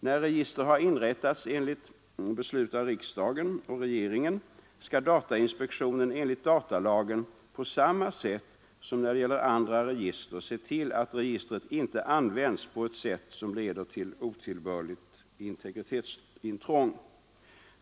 När register har inrättats enligt beslut av riksdagen och regeringen skall datainspektionen enligt datalagen på samma sätt som när det gäller andra register se till att registret inte används på ett sätt som leder till otillbörligt integritetsintrång.